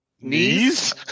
Knees